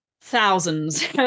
thousands